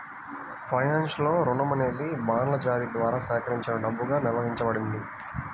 ఫైనాన్స్లో, రుణం అనేది బాండ్ల జారీ ద్వారా సేకరించిన డబ్బుగా నిర్వచించబడింది